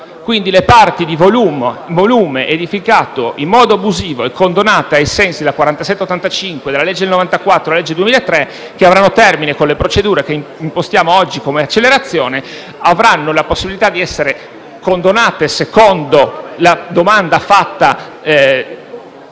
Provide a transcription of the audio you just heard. Quindi, le parti di volume edificato in modo abusivo e condonate ai sensi della legge n. 47 del 1985, della legge del 1994 e della legge del 2003, con le procedure che impostiamo oggi come accelerazione, avranno la possibilità di essere condonate secondo la domanda fatta